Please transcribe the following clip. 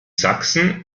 sachsen